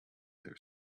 their